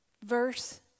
Verse